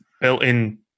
built-in